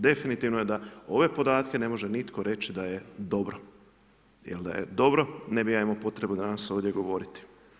Definitivno je da ove podatke ne može nitko reći da je dobro, jer da je dobro, ne bi ja imao potrebu danas ovdje govoriti.